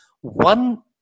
one